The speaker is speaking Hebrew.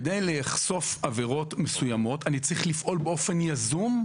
כדי לחשוף עבירות מסוימות אני צריך לפעול באופן יזום,